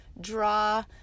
draw